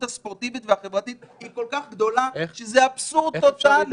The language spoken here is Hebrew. הספורטיבית והחברתית היא כל כך גדולה שזה אבסורד טוטאלי.